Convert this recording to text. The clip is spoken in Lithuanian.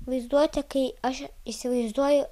vaizduotė kai aš įsivaizduoju